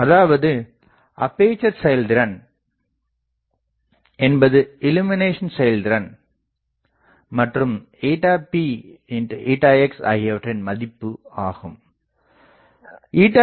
அதாவது அப்பேசர் செயல்திறன் என்பது இள்ளுமினேசன் செயல்திறன் மற்றும் px ஆகியவற்றின் மதிப்பு ஆகும்